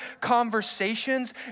conversations